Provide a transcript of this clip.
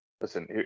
listen